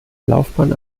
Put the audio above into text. laufbahn